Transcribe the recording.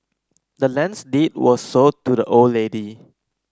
the land's deed was sold to the old lady